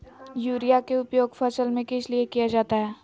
Urea के उपयोग फसल में किस लिए किया जाता है?